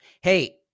Hey